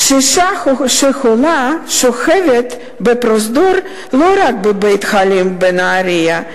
קשישה חולה שוכבת בפרוזדור לא רק בבית-החולים בנהרייה,